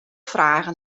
fragen